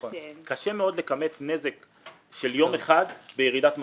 קשה מאוד לכמת נזק של יום אחד בירידת מחזורים.